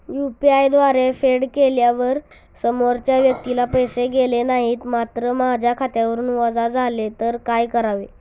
UPI द्वारे फेड केल्यावर समोरच्या व्यक्तीला पैसे गेले नाहीत मात्र माझ्या खात्यावरून वजा झाले तर काय करावे?